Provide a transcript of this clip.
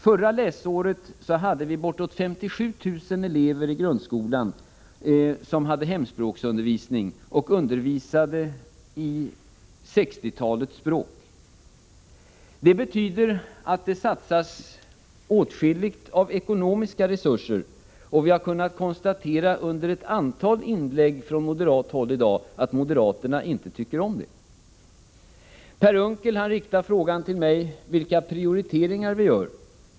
Förra läsåret hade vi bortåt 57 000 elever i grundskolan som fick hemspråksundervisning i sextiotalet språk. Det betyder att det satsas mycket pengar. Vi har kunnat konstatera under ett antal inlägg från moderat håll att moderaterna inte tycker om detta. Per Unckel frågar mig vilka prioriteringar vi gör.